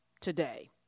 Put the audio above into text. today